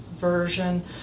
version